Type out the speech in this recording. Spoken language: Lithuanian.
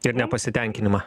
ir nepasitenkinimą